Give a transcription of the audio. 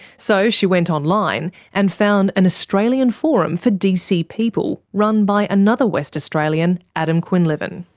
so she went online and found an australian forum for dc people, run by another west australian, adam quinlivan.